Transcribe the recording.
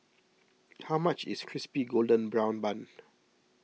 how much is Crispy Golden Brown Bun